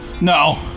no